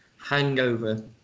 hangover